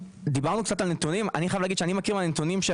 אני מכיר מהנתונים,